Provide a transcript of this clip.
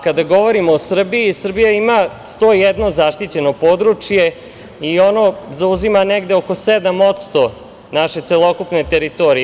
Kada govorimo o Srbiji, Srbija ima 101 zaštićeno područje i ono zauzima negde oko 7% naše celokupne teritorije.